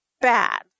bad